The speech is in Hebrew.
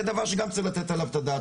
זה דבר שגם צריך לתת עליו את הדעת,